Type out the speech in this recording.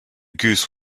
goose